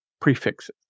prefixes